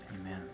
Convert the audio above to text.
Amen